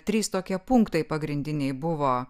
trys tokie punktai pagrindiniai buvo